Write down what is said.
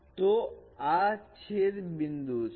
તો આ છેદ બિંદુ છે